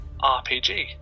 RPG